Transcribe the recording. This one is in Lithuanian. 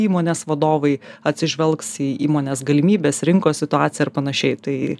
įmonės vadovai atsižvelgs į įmonės galimybes rinkos situaciją ar panašiai tai